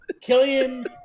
Killian